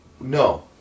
No